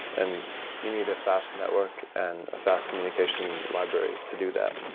and you need a fast network and a fast communication library to do that,